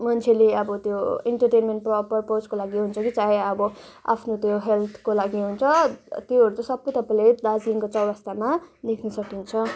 मान्छेले अब त्यो इन्टरटेनमेन प्र परपोजको लागि हुन्छ कि चाहे अब आफ्नो त्यो हेल्थको लागि हुन्छ त्योहरू चाहिँ सबै तपाईँले दार्जिलिङको चैरस्तामा देख्न सकिन्छ